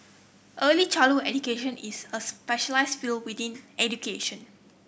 early childhood education is a specialised field within education